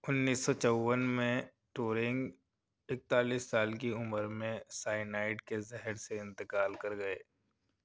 انیس سو میں ٹورنگ اکتالیس سال کی عمر میں سائینائڈ کے زہر سے انتقال کر گئے